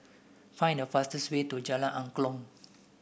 find the fastest way to Jalan Angklong